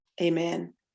amen